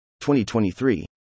2023